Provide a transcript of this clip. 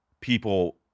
people